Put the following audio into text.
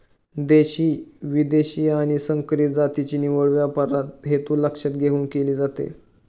देशी, विदेशी आणि संकरित जातीची निवड व्यापाराचा हेतू लक्षात घेऊन केली जाते